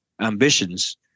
ambitions